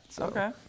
Okay